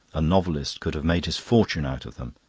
a novelist could have made his fortune out of them,